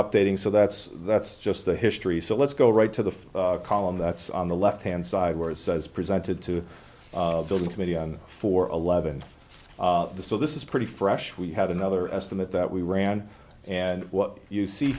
updating so that's that's just the history so let's go right to the column that's on the left hand side where it says presented to the committee on for eleven the so this is pretty fresh we have another estimate that we ran and what you see